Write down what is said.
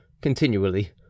continually